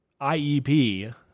IEP